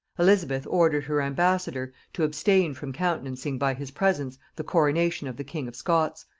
elizabeth ordered her ambassador to abstain from countenancing by his presence the coronation of the king of scots,